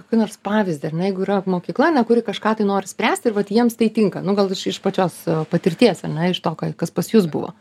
kokį nors pavyzdį ar ne jeigu yra mokykla ane kuri kažką tai nori spręsti ir vat jiems tai tinka nu gal iš iš pačios patirties ar ne iš to ką kas pas jus buvo